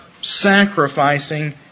sacrificing